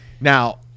now